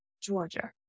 Georgia